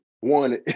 one